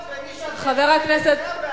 את ומי, זאת הבעיה.